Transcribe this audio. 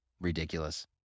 ridiculous